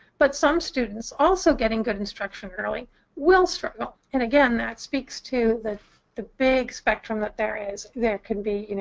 but some students also getting good instruction early will struggle. and again, that speaks to the the big spectrum that there is. there can be, you know,